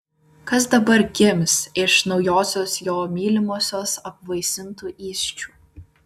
kas dabar gims iš naujosios jo mylimosios apvaisintų įsčių